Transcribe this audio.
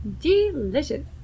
Delicious